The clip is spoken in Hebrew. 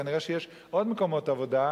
כנראה יש עוד מקומות עבודה,